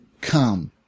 come